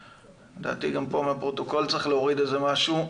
לדעתי גם פה מהפרוטוקול צריך להוריד איזה משהו,